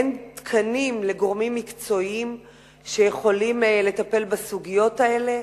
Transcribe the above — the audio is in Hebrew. אין תקנים לגורמים מקצועיים שיכולים לטפל בסוגיות האלה.